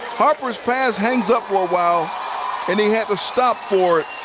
harper's pass hangs up for a while and he had to stop for,